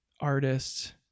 artists